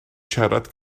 siarad